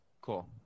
cool